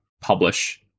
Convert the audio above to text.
publish